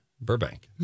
Burbank